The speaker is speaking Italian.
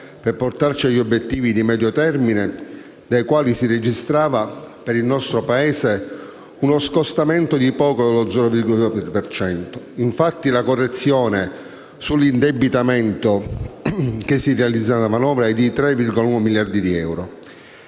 per portarci agli obiettivi di medio termine, dai quali si registra per il nostro Paese uno scostamento di poco meno dello 0,2 per cento. Infatti, la correzione sull'indebitamento netto che si realizza nella manovra è di 3,1 miliardi di euro.